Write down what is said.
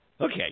Okay